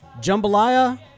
jambalaya